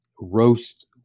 roast